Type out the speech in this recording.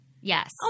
Yes